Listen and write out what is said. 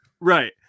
Right